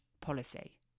policy